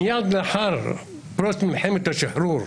מייד לאחר פרוץ מלחמת השחרור,